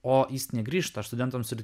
o jis negrįžta studentams ir